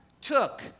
took